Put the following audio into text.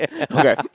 Okay